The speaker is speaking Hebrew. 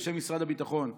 בשם משרד הביטחון,